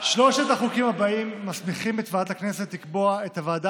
שלושת החוקים הבאים מסמיכים את ועדת הכנסת לקבוע את הוועדה